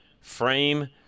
frame